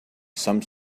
some